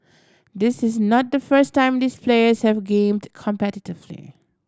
this is not the first time these players have gamed competitively